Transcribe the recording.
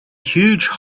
huge